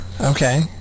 Okay